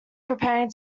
preparing